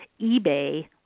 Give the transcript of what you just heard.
eBay